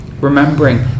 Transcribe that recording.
remembering